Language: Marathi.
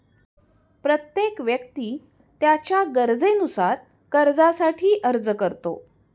प्रत्येक व्यक्ती त्याच्या गरजेनुसार कर्जासाठी अर्ज करतो